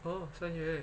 oh 三月 eh